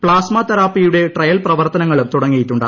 plasma തെറാപ്പിയുടെ trial പ്രവർത്തനങ്ങളും തുടങ്ങിയിട്ടുണ്ട്